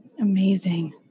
amazing